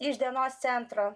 iš dienos centro